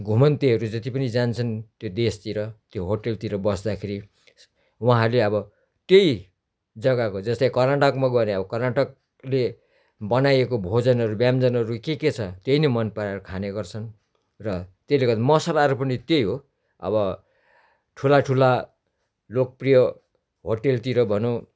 घुमन्तेहरू जति पनि जान्छन् त्यो देशतिर त्यो होटलतिर बस्दाखेरि उहाँहरूले अब त्यही जग्गाको जस्तै कर्नाटकमा गयो भने अब कर्नाटकले बनाइएको भोजनहरू व्यञ्जनहरू के के छ त्यही नै मनपराएर खाने गर्छन् र त्यसले गर्दा मसलाहरू पनि त्यही हो अब ठुला ठुला लोकप्रिय होटलतिर भनौँ